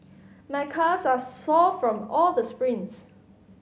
my calves are sore from all the sprints